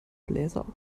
bläser